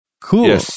Cool